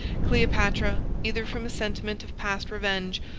cleopatra, either from a sentiment of past revenge,